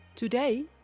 Today